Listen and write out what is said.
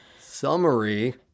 summary